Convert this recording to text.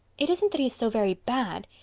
it isn't that he is so very bad.